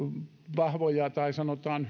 vahvoja tai sanotaan